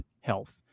health